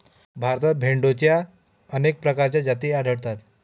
भारतात भेडोंच्या अनेक प्रकारच्या जाती आढळतात